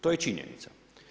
To je činjenica.